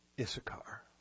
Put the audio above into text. Issachar